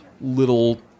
little